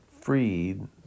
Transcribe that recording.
freed